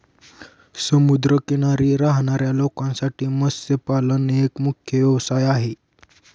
समुद्र किनारी राहणाऱ्या लोकांसाठी मत्स्यपालन एक मुख्य व्यवसाय आहे